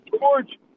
George